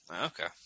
Okay